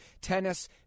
tennis